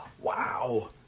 Wow